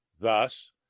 thus